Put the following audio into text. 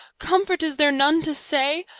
comfort is there none to say!